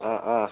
ആ ആ